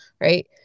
Right